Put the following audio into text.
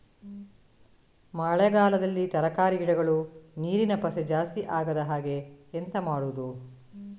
ಮಳೆಗಾಲದಲ್ಲಿ ತರಕಾರಿ ಗಿಡಗಳು ನೀರಿನ ಪಸೆ ಜಾಸ್ತಿ ಆಗದಹಾಗೆ ಎಂತ ಮಾಡುದು?